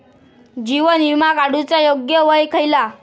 जीवन विमा काडूचा योग्य वय खयला?